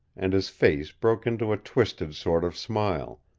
and his face broke into a twisted sort of smile.